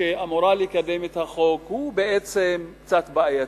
שאמורה לקדם את החוק הוא בעצם קצת בעייתי,